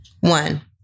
One